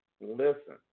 Listen